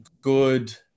good